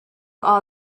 all